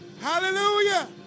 Hallelujah